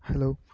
hello